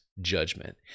judgment